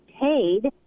paid